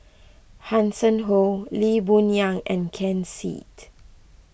Hanson Ho Lee Boon Yang and Ken Seet